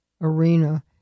arena